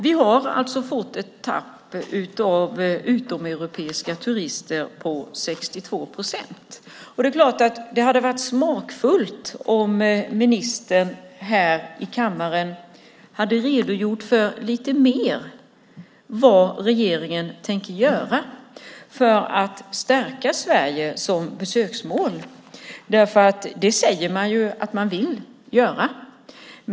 Vi har alltså fått ett tapp på 62 procent i fråga om utomeuropeiska turister. Det är klart att det hade varit smakfullt om ministern här i kammaren hade redogjort lite mer för vad regeringen tänker göra för att stärka Sverige som besöksmål, vilket man säger att man vill göra.